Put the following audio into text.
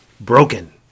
broken